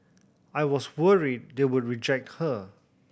I was worried they would reject her